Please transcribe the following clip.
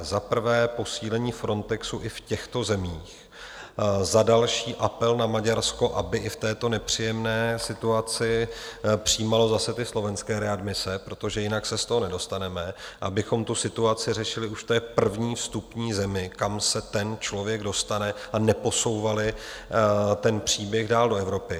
Za prvé posílení Frontexu i v těchto zemích, za další apel na Maďarsko, aby i v této nepříjemné situaci přijímalo zase ty slovenské readmise, protože jinak se z toho nedostaneme abychom situaci řešili už v první vstupní zemi, kam se ten člověk dostane, a neposouvali ten příběh dál do Evropy.